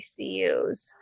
ICUs